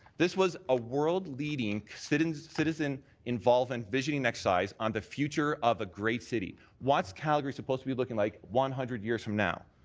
this was a world-leading citizen citizen involved and visioning exercise on the future of a great city. what's calgary supposed to be looking like one hundred years from now?